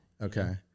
Okay